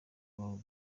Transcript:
wawe